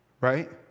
Right